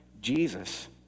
Jesus